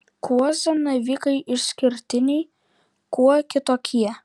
kuo zanavykai išskirtiniai kuo kitokie